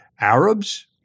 Arabs